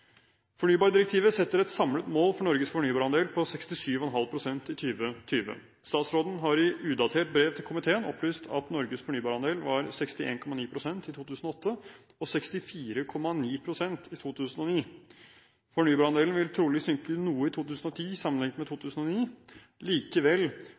Fornybardirektivet setter et samlet mål for Norges fornybarandel på 67,5 pst. i 2020. Statsråden har i udatert brev til komiteen opplyst at Norges fornybarandel var 61,9 pst. i 2008 og 64,9 pst. i 2009. Fornybarandelen vil trolig synke noe i 2010 sammenlignet med